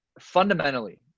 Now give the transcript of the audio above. Fundamentally